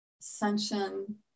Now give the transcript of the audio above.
ascension